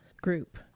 group